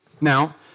Now